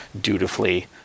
dutifully